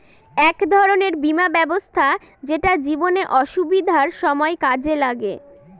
এক ধরনের বীমা ব্যবস্থা যেটা জীবনে অসুবিধার সময় কাজে লাগে